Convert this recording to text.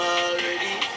already